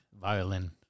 violin